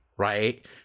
Right